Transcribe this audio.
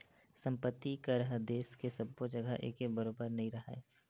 संपत्ति कर ह देस के सब्बो जघा एके बरोबर नइ राहय